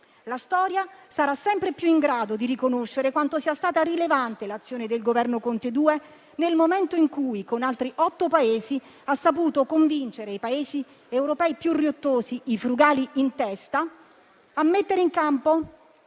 La storia sarà sempre più in grado di riconoscere quanto sia stata rilevante l'azione del Governo Conte II nel momento in cui, con altri otto Paesi, ha saputo convincere quelli europei più riottosi, i frugali in testa, a mettere in campo